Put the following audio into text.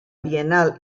biennal